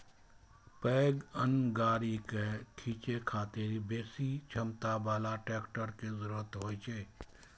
पैघ अन्न गाड़ी कें खींचै खातिर बेसी क्षमता बला ट्रैक्टर के जरूरत होइ छै